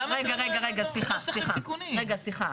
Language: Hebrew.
סליחה, סליחה.